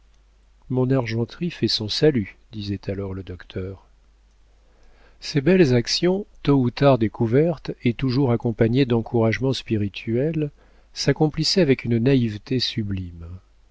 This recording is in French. mon argenterie fait son salut disait alors le docteur ces belles actions tôt ou tard découvertes et toujours accompagnées d'encouragements spirituels s'accomplissaient avec une naïveté sublime